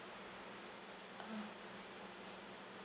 uh